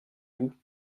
vous